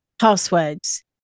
passwords